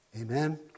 Amen